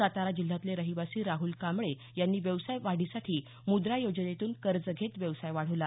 सातारा जिल्ह्यातले रहिवासी राहल कांबळे यांनी व्यवसाय वाढीसाठी मुद्रा योजनेतून कर्ज घेत व्यवसाय वाढवला